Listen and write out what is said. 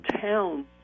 town